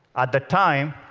at the time,